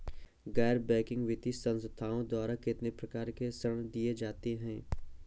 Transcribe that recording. गैर बैंकिंग वित्तीय संस्थाओं द्वारा कितनी प्रकार के ऋण दिए जाते हैं?